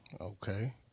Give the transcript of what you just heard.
Okay